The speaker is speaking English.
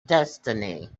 destiny